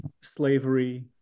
slavery